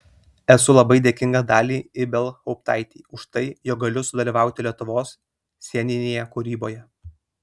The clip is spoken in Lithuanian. esu labai dėkinga daliai ibelhauptaitei už tai jog galiu sudalyvauti lietuvos sceninėje kūryboje